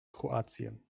kroatien